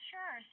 Sure